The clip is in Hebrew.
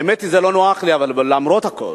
האמת היא, זה לא נוח לי, אבל למרות הכול,